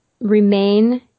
remain